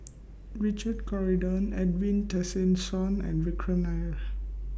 Richard Corridon Edwin Tessensohn and Vikram Nair